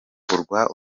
kwamburwa